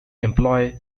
employ